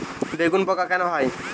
বেগুনে পোকা কেন হয়?